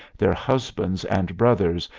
their husbands and brothers,